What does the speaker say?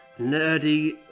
nerdy